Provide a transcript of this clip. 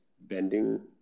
bending